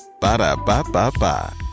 Ba-da-ba-ba-ba